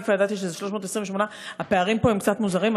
ואני כבר ידעתי שזה 328. הפערים פה הם קצת מוזרים,